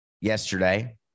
yesterday